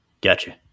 Gotcha